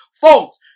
folks